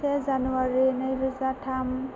से जानुवारि नैरोजा थाम